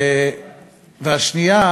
השנייה,